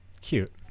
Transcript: Cute